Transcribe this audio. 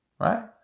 right